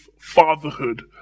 fatherhood